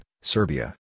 Serbia